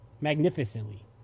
Magnificently